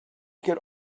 could